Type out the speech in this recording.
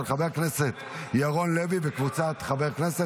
של חבר הכנסת ירון לוי וקבוצת חברי הכנסת.